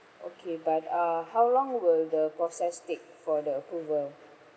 okay but uh how long will the process take for the approval